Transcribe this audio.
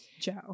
Joe